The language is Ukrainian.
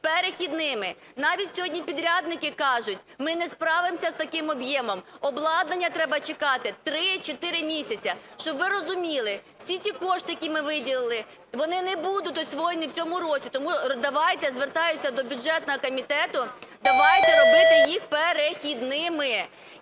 перехідними. Навіть сьогодні підрядники кажуть, ми не справимося з таким об'ємом, обладнання треба чекати три-чотири місяці. Щоб ви розуміли, всі ці кошти, які ми виділили, вони не будуть освоєні в цьому році, тому давайте, звертаюся до бюджетного комітету, давайте робити їх перехідними.